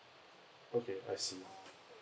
okay I see